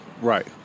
Right